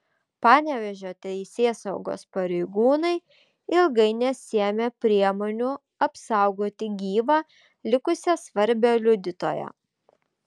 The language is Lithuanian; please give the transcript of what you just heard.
panevėžio teisėsaugos pareigūnai ilgai nesiėmė priemonių apsaugoti gyvą likusią svarbią liudytoją